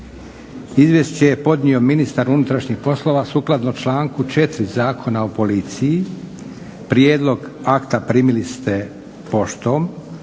Izvješće je podnio ministar unutrašnjih poslova sukladno članku 4. Zakona o Policiji. Prijedlog akta primili ste poštom.